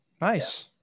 nice